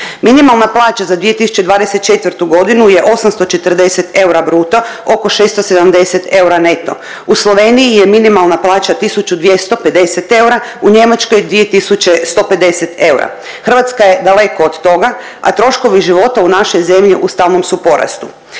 Minimalna plaća za 2024. godinu je 840 eura bruto oko 670 eura neto. U Sloveniji je minimalna plaća 1.250 eura, u Njemačkoj 2.150 eura. Hrvatska je daleko od toga, a troškovi života u našoj zemlji u stalnom su porastu.